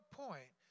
point